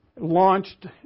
launched